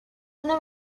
una